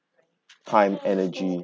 time energy